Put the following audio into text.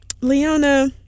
Leona